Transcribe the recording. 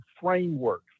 framework